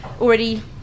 already